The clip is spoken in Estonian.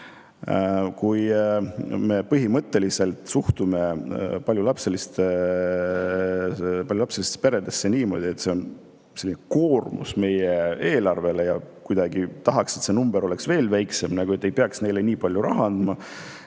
Kui me põhimõtteliselt suhtume paljulapselistesse peredesse niimoodi, et see on koormus meie eelarvele ja kuidagi tahaks, et see number oleks veel väiksem, et ei peaks neile nii palju raha andma,